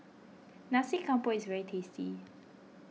Nasi Campur is very tasty